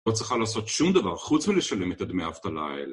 לא צריכה לעשות שום דבר חוץ מלשלם את הדמי אבטלה האלה.